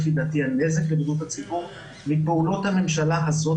לפי דעתי הנזק לבריאות בציבור מפעולות הממשלה הזאת